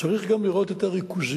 צריך גם לראות את הריכוזיות,